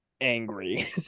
angry